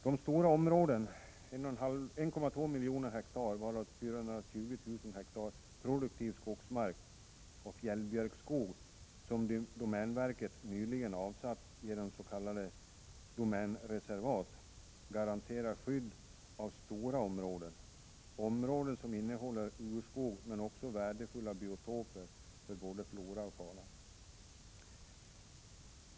De stora områden, 1,2 miljoner ha, varav 420 000 ha produktiv skogsmark och fjällbjörkskog, som domänverket nyligen avsatt genom s.k. domänreservat, garanterar skydd av stora områden —- områden som innehåller urskog, men också värdefulla biotoper av både flora och fauna.